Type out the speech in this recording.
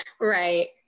right